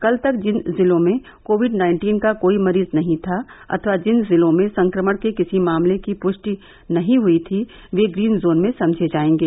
कल तक जिन जिलों में कोविड नाइन्टीन का कोई मरीज नहीं था अथवा जिन जिलों में संक्रमण के किसी मामले की पृष्टि नहीं हई थी वे ग्रीन जोन में समझे जाएंगे